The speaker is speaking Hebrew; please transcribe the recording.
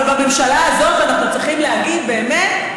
אבל בממשלה הזאת אנחנו צריכים להגיד באמת,